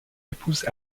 épouse